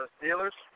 Steelers